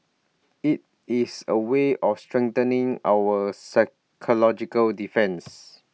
IT is A way of strengthening our psychological defence